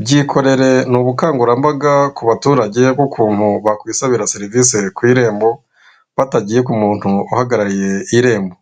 Byikorere n’ ubukangurambaga ku baturage b'ukuntu bakwisabira serivisi ku irembo batagiye ku muntu uhagarariye irembo